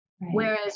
whereas